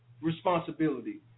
responsibility